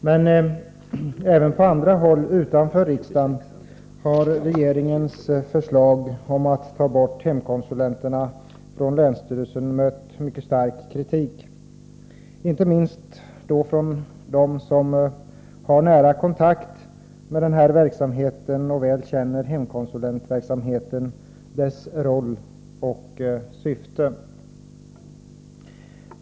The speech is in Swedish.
Men även på andra håll utanför riksdagen har regeringens förslag om att ta bort hemkonsulenterna från länsstyrelsen mött mycket stark kritik, inte minst från dem som har nära kontakt med denna verksamhet och väl känner hemkonsulentverksamheten, dess roll och syfte.